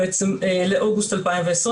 לאוגוסט 2020,